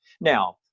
Now